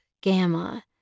gamma